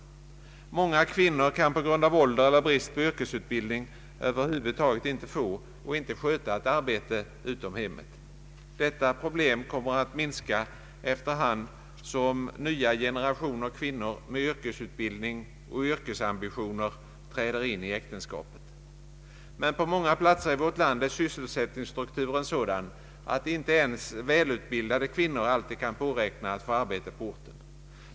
Många kvinnor kan på grund av ålder eller brist på yrkesutbildning över huvud taget inte få eller sköta ett arbete. Detta problem kommer att minska efter hand som nya generationer kvinnor med yrkesutbildning och yrkesambitioner träder in i äktenskap. Men på många platser i vårt land är sysselsättningsstrukturen sådan, att inte ens välutbildade kvinnor alltid kan påräkna att få arbete.